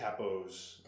Capos